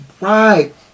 right